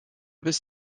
bis